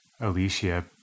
Alicia